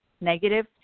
negative